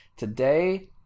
Today